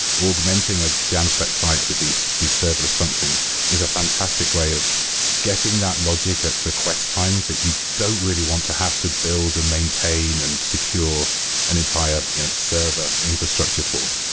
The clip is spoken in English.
augmenting a jamstack site with these these serverless functions is a fantastic way of getting that logic at request time that you don't really want to have to build and maintain and secure an entire server infrastructure for.